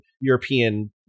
European